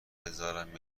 بذارم